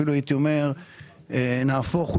אפילו הייתי אומר נהפוך הוא,